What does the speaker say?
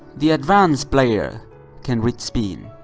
the advanced player can read spin.